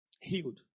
healed